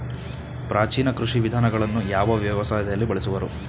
ಪ್ರಾಚೀನ ಕೃಷಿ ವಿಧಾನಗಳನ್ನು ಯಾವ ವ್ಯವಸಾಯದಲ್ಲಿ ಬಳಸುವರು?